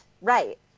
right